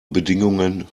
bedingungen